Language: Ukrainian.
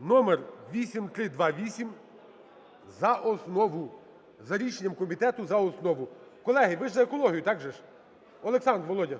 (№ 8328) за основу, за рішенням комітету за основу. Колеги, ви ж за екологію, так же, Олександр, Володя?